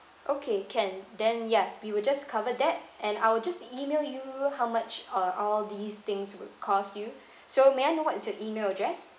okay can then ya we will just cover that and I will just email you how much uh all these things would cost you so may I know what's your email address